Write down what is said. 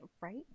Right